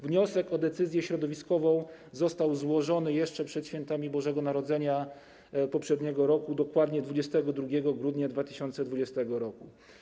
Wniosek o decyzję środowiskową został złożony jeszcze przed świętami Bożego Narodzenia poprzedniego roku, dokładnie 22 grudnia 2020 r.